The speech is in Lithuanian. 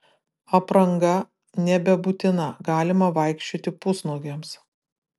apranga nebebūtina galima vaikščioti pusnuogiams